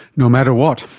no matter what.